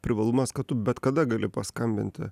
privalumas kad tu bet kada gali paskambinti